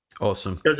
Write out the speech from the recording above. Awesome